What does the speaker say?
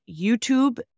YouTube